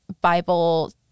Bible